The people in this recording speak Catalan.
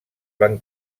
van